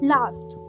Last